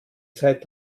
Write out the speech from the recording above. zeit